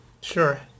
Sure